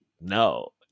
no